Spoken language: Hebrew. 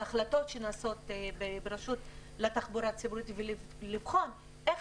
על ההחלטות שנעשות ברשות לתחבורה ציבורית ולבחון איך